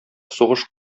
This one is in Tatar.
сугыш